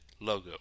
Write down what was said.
logo